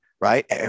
Right